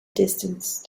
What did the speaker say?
distance